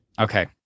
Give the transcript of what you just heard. Okay